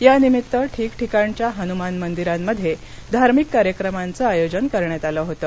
यानिमित्त ठिकठिकाणच्या हन्मान मंदिरांमध्ये धार्मिक कार्यक्रमांच आयोजन करण्यात आलं होतं